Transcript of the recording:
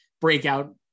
breakout